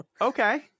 Okay